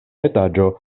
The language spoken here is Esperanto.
etaĝo